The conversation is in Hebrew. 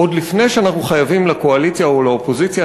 עוד לפני שאנחנו חייבים לקואליציה או לאופוזיציה,